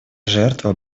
жертва